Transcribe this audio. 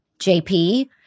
JP